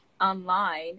online